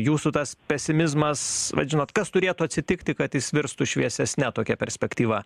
jūsų tas pesimizmas vat žinot kas turėtų atsitikti kad jis virstų šviesesne tokia perspektyva